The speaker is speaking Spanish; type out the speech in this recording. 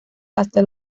hasta